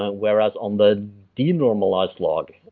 ah whereas on the de-normalized log,